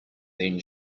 then